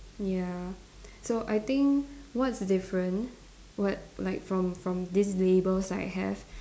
ya so I think what's different what like from from these labels I have